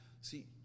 See